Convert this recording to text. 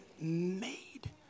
made